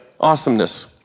Awesomeness